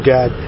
God